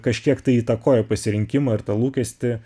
kažkiek tai įtakoja pasirinkimą ir tą lūkestį